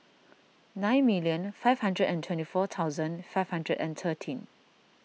nine million five hundred and twenty four thousand five hundred and thirteen